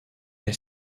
est